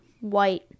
White